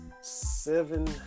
seven